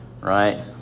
Right